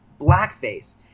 blackface